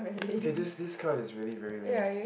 okay this this card is really very lame